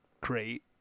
great